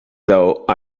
though